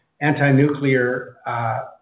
anti-nuclear